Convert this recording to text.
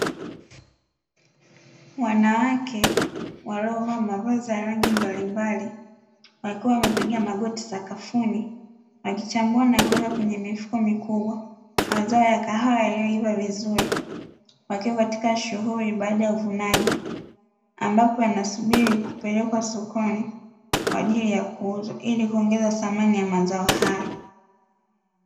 Wanawake walio vaa mavazi ya rangi mbalimbali wakiwa wamepiga magoti sakafuni wakichambua na kuweka kwenye mifuko mikubwa, mazao ya kahawa yaliyoiva vizuri wakiwa katika shughuli baada ya uvunaji ambako wanasubiri kupelekwa sokoni kwa ajili ya kuuza ili kuongeza thamani ya mazao haya.